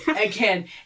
again